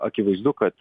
akivaizdu kad